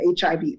HIV